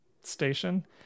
station